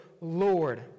Lord